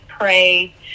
pray